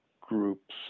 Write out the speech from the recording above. groups